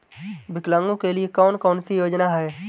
विकलांगों के लिए कौन कौनसी योजना है?